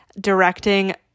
directing